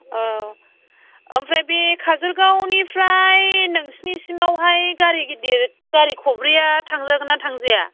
औ ओमफ्राय बे काजोलगावनिफ्राय नोंसोरनिसिमावहाय गारि गिदिर गारि खबब्रैआ थांजागोन ना थांजाया